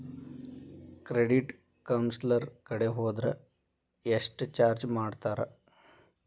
Credit counsellor ಕಡೆ ಹೊದ್ರ ಯೆಷ್ಟ್ ಚಾರ್ಜ್ ಮಾಡ್ತಾರ?